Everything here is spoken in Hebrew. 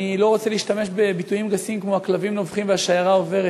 אני לא רוצה להשתמש בביטויים גסים כמו "הכלבים נובחים והשיירה עוברת",